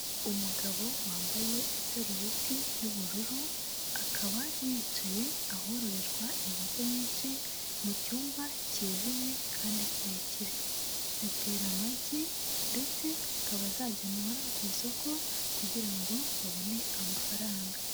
Umugabo wambaye isarubeti y'ubururu, akaba yicaye ahororerwa inkoko nyinshi mu cyumba kijimye kandi kirekire, zitera amagi ndetse zikaba zajyanwa ku isoko kugira babone amafaranga.